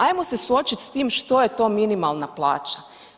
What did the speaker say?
Ajmo se suočit s tim što je minimalna plaća.